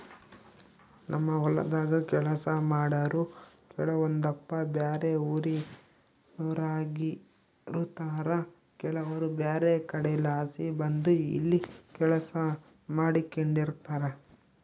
ನಮ್ಮ ಹೊಲದಾಗ ಕೆಲಸ ಮಾಡಾರು ಕೆಲವೊಂದಪ್ಪ ಬ್ಯಾರೆ ಊರಿನೋರಾಗಿರುತಾರ ಕೆಲವರು ಬ್ಯಾರೆ ಕಡೆಲಾಸಿ ಬಂದು ಇಲ್ಲಿ ಕೆಲಸ ಮಾಡಿಕೆಂಡಿರ್ತಾರ